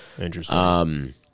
Interesting